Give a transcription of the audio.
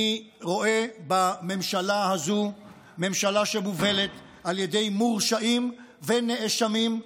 אני רואה בממשלה הזו ממשלה שמובלת על ידי מורשעים ונאשמים,